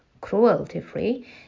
cruelty-free